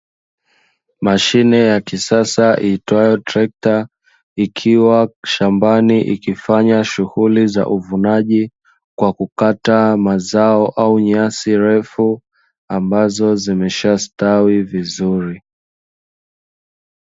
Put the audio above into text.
Mashine ya kisasa iitwayo trekta, ikiwa shambani ikifanya shughuli za uvunaji wa kukata mazao au nyasi refu ambazo zimeshastawi vizuri.